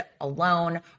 alone